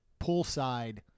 poolside